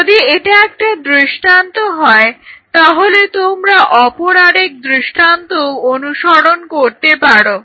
যদি এটা একটা দৃষ্টান্ত হয় তাহলে তোমরা অপর আরেক দৃষ্টান্তও অনুসরণ করতে পারো